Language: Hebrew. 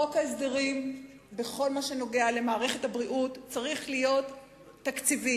חוק ההסדרים בכל מה שנוגע למערכת הבריאות צריך להיות תקציבי.